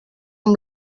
amb